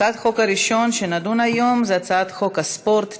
הצעת החוק הראשונה שנדון בה היום היא הצעת חוק הספורט (תיקון,